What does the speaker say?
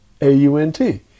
A-U-N-T